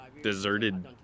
deserted